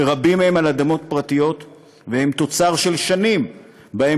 שרבים מהם על אדמות פרטיות והם תוצר של שנים שבהן